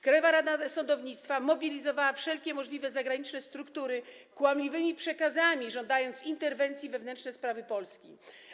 Krajowa Rada Sądownictwa mobilizowała wszelkie możliwe zagraniczne struktury kłamliwymi przekazami, żądając interwencji w wewnętrzne sprawy Polski.